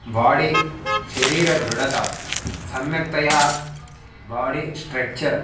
बोडी शरीरदृढता सम्यक्तया body structure